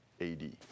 AD